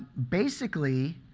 basically,